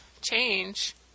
change